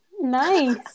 nice